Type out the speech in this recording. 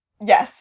Yes